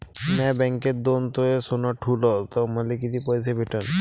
म्या बँकेत दोन तोळे सोनं ठुलं तर मले किती पैसे भेटन